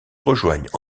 rejoignent